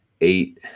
eight